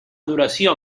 duració